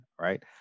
right